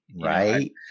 right